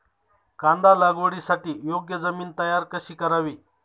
कांदा लागवडीसाठी योग्य जमीन तयार कशी करावी?